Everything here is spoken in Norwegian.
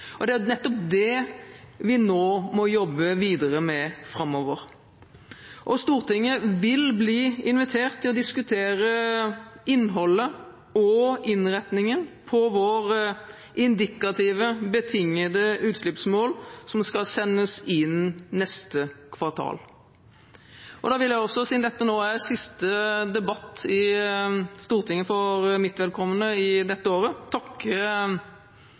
og det er nettopp det vi nå må jobbe videre med framover. Stortinget vil bli invitert til å diskutere innholdet og innretningen på våre indikative betingede utslippsmål, som skal sendes inn neste kvartal. Da vil jeg også, siden det nå er siste debatt i Stortinget for mitt vedkommende dette året,